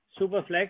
Superflex